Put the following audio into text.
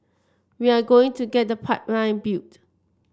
we are going to get the pipeline built